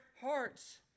hearts